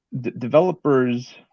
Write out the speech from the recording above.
developers